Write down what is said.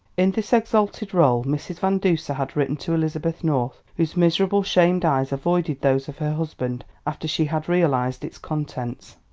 in this exalted role mrs. van duser had written to elizabeth north, whose miserable, shamed eyes avoided those of her husband after she had realised its contents.